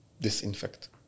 disinfect